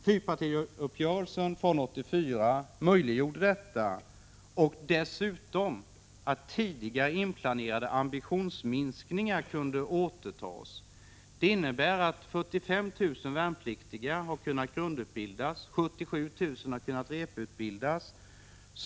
Fyrpartiuppgörelsen från 1984 möjliggjorde detta och dessutom att tidigare inplanerade ambitionsminskningar kunde återtas. Det innebär att 45 000 värnpliktiga har kunnat grundutbildas och att 77 000 har kunnat reputbildas.